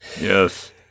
Yes